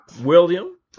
William